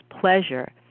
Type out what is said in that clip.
pleasure